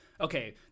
okay